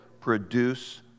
produce